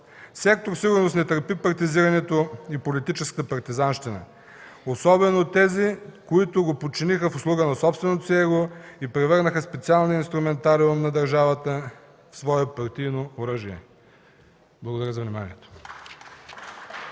Сектор „Сигурност” не търпи партизирането и политическата партизанщина, особено тези, които го подчиниха в услуга на собственото си его и превърнаха специалния инструментариум на държавата в свое партийно оръжие. Благодаря за вниманието.